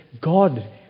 God